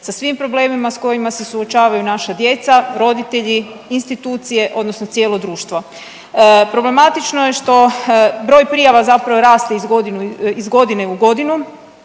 sa svim problemima s kojima se suočavaju naša djeca, roditelji, institucije odnosno cijelo društvo. Problematično je što broj prijava zapravo raste iz godine u godinu,